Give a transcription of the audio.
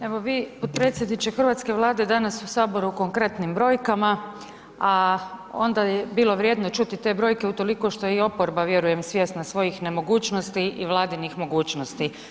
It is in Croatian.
Evo vi potpredsjedniče hrvatske Vlade danas u Saboru konkretnim brojkama, a onda je bilo vrijedno čuti te brojke utoliko što je i oporba, vjerujem, svjesna svojih nemogućnosti i Vladinih mogućnosti.